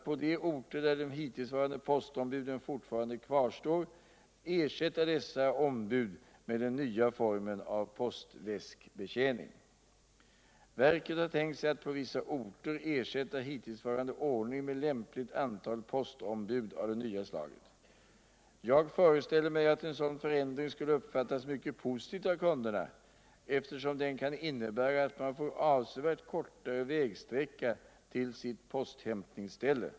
på de orter där de hittillsvarande postombuden fortfarande kvarstår. ersätta dessa ombud med den nya formen av postväskbetjäning. Verket har tänkt sig att på vissa orter ersätta hivtillsvarande ordning med lämpligt antal postombud av det nya slaget. Jag föreställer mig att en sådan förändring skulle uppfattas mycket positivt av kunderna eftersom den kan innebära att man får avsevärt kortare vägsträcka till sitt posthiämtningsställe.